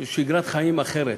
זו שגרת חיים אחרת.